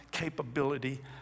capability